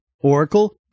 Oracle